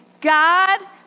God